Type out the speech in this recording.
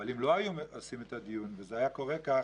אבל אם לא היו עושים את הדיון וזה היה קורה כך